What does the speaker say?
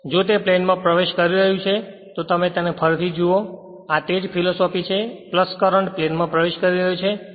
તેથી જો તે પ્લેન માં પ્રવેશ કરી રહ્યું છે તો તમે ફરી જુઓ તો આ તે જ ફિલોસોફી છે કે કરંટ પ્લેનમાં પ્રવેશ કરી રહ્યો છે